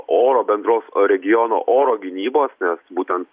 oro bendros regiono oro gynybos nes būtent